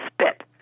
spit